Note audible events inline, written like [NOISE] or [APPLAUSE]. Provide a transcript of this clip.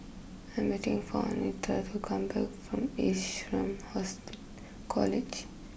I'm waiting for Anitra to come back from Ace Room [UNINTELLIGIBLE] College